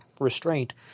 Restraint